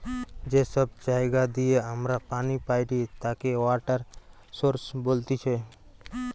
যে সব জায়গা দিয়ে আমরা পানি পাইটি তাকে ওয়াটার সৌরস বলতিছে